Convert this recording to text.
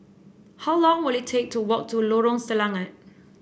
how long will it take to walk to Lorong Selangat